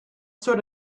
sort